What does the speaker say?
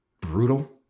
brutal